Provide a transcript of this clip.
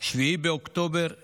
7 באוקטובר 2023,